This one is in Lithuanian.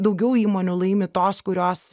daugiau įmonių laimi tos kurios